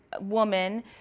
woman